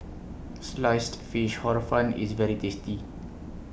Sliced Fish Hor Fun IS very tasty